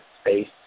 space